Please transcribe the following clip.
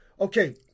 okay